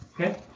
okay